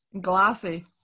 Glassy